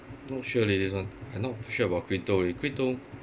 not sure leh this one I not sure about crypto leh crypto